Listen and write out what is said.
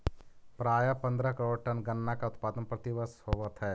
प्रायः पंद्रह करोड़ टन गन्ना का उत्पादन प्रतिवर्ष होवत है